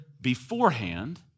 beforehand